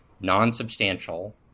non-substantial